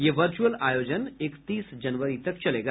यह वर्चुअल आयोजन इकतीस जनवरी तक चलेगा